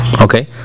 Okay